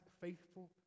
faithful